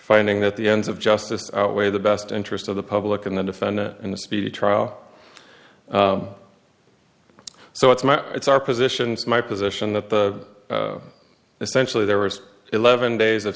finding that the ends of justice outweigh the best interest of the public and the defendant in a speedy trial so it's my it's our positions my position that the essentially there was eleven days of